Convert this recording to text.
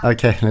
Okay